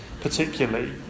particularly